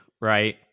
right